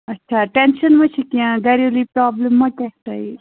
أچھٚا tension ما چھُ کیٚنٛہہ گَریلوٗ پرٛابلِم ما کیٚنٛہہ تۅہہِ